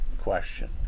question